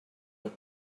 look